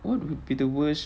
what would be the worst